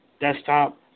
desktop